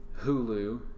Hulu